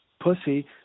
pussy